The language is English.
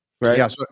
right